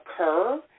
occur